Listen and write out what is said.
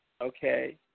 Okay